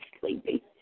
sleepy